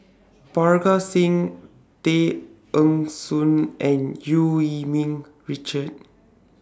Parga Singh Tay Eng Soon and EU Yee Ming Richard